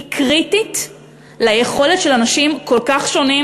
היא קריטית ליכולת של אנשים כל כך שונים,